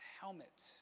helmet